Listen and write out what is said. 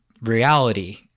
reality